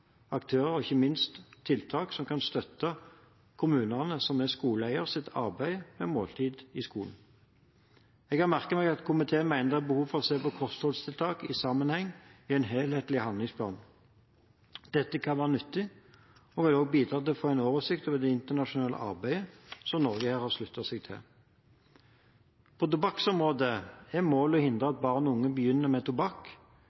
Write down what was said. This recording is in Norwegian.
aktører og ikke minst tiltak kan støtte kommunenes, som er skoleeier, arbeid med måltider i skolen. Jeg merker meg at komiteen mener at det er behov for å se kostholdstiltak i sammenheng, i en helhetlig handlingsplan. Dette kan være nyttig og vil også kunne bidra til å få en oversikt over det internasjonale arbeidet som Norge har sluttet seg til. På tobakksområdet er målet å hindre at barn og unge begynner med tobakk,